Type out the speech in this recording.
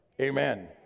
Amen